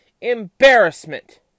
embarrassment